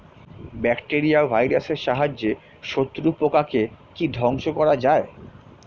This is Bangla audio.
ব্যাকটেরিয়া ও ভাইরাসের সাহায্যে শত্রু পোকাকে কি ধ্বংস করা যায়?